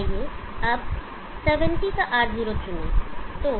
आइए अब 70 का R0 चुनें